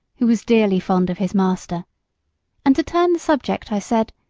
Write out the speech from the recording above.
who was dearly fond of his master and to turn the subject i said,